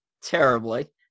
terribly